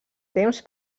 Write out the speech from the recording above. temps